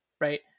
right